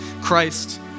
Christ